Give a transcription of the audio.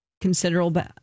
Considerable